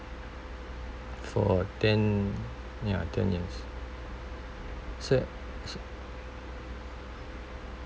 for ten ya ten years so so